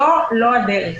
זו לא הדרך.